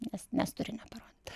nes nes turi neparodyt